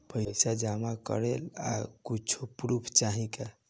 पैसा जमा करे ला कुछु पूर्फ चाहि का?